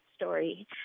story